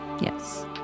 Yes